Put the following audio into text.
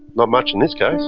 not much in this case.